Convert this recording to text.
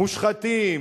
מושחתים,